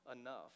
enough